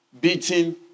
beating